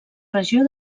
regió